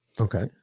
Okay